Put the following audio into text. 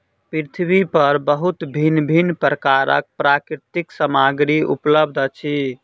पृथ्वी पर बहुत भिन्न भिन्न प्रकारक प्राकृतिक सामग्री उपलब्ध अछि